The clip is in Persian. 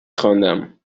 خواندم